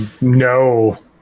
No